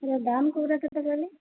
ଏ ଦାମ କେଉଁଟା କେତେ କହିଲେ